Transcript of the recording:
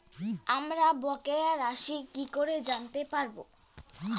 আমার বকেয়া রাশি কি করে জানতে পারবো?